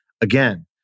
again